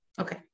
Okay